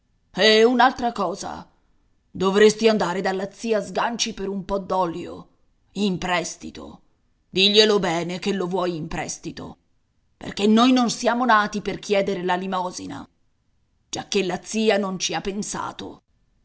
e un'altra cosa dovresti andare dalla zia sganci per un po d'olio in prestito diglielo bene che lo vuoi in prestito perché noi non siamo nati per chiedere la limosina giacché la zia non ci ha pensato